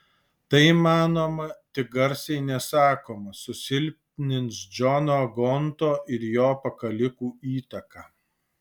tai manoma tik garsiai nesakoma susilpnins džono gonto ir jo pakalikų įtaką